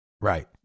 Right